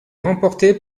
remportée